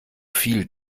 viel